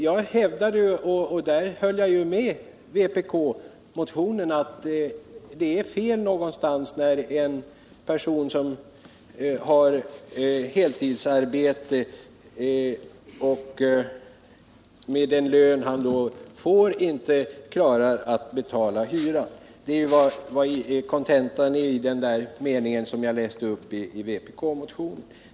Jag hävdade — och där höll jag med vpk-motionen — att det är fel någonstans när en person med heltidsarbete på sin lön inte klarar att betala hyran. Det var kontentan i den mening som jag läste upp ur vpk-motionen.